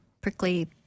prickly